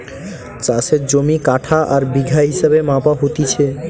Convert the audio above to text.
চাষের জমি কাঠা আর বিঘা হিসেবে মাপা হতিছে